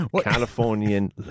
Californian